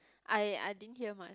I I didn't hear much